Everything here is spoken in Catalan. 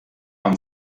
amb